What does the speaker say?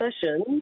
sessions